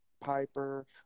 Piper